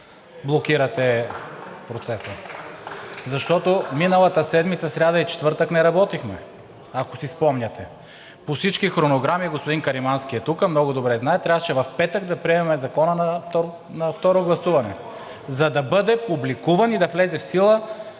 „Продължаваме Промяната“.) Миналата седмица в сряда и четвъртък не работихме, ако си спомняте, по всички хронограми. Господин Каримански е тук и много добре знае: трябваше в петък да приемем Закона на второ гласуване, за да бъде публикуван и да влезе в сила